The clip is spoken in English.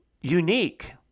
unique